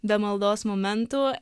be maldos momentų